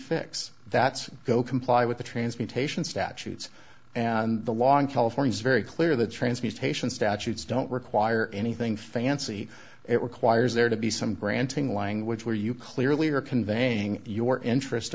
fix that go comply with the transportation statutes and the law in california is very clear the transmutation statutes don't require anything fancy it requires there to be some granting language where you clearly are conveying your interest